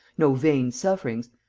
no vain sufferings!